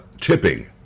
Tipping